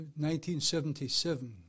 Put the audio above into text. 1977